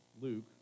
Luke